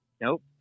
nope